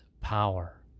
power